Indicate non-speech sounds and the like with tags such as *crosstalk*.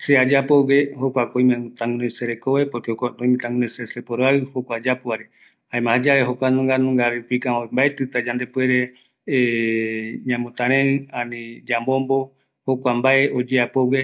se ayapogue, jokuako oimeta guinpoi serekove, porque jokuako oimeta guinoi se seporoaiu, jokua ayapo vaere, jaema jayave, jokua nunga, nunga rupiko, amo mbaetita yandepuere *hesitation* ñamotarei, ani yamombo, jokua mbae oyeapogue